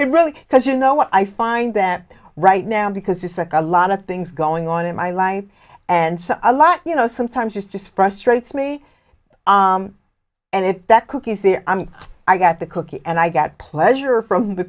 it really because you know what i find that right now because just like a lot of things going on in my life and so a lot you know sometimes just frustrates me and if that cookie is there i got the cookie and i got pleasure from the